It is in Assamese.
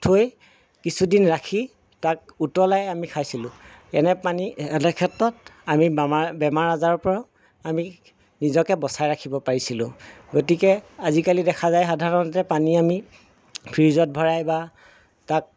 থৈ কিছুদিন ৰাখি তাক উতলাই আমি খাইছিলো এনে পানী এনে ক্ষেত্ৰত আমি বামা বেমাৰ আজাৰৰ পৰাও আমি নিজকে বচাই ৰাখিব পাৰিছিলো গতিকে আজিকালি দেখা যায় সাধাৰণতে পানী আমি ফ্ৰীজত ভৰাই বা তাক